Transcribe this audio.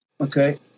Okay